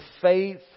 faith